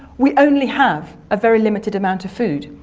we only have a very limited amount of food.